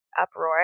uproar